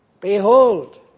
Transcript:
Behold